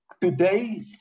today